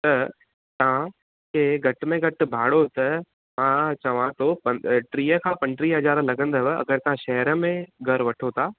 त तव्हां खे घटि में घटि भाड़ो त मां चवां थो पं टीह खां पंटीह हज़ार लॻंदव अगरि तव्हां शहर में घरि वठो था